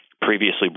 previously